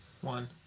One